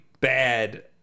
bad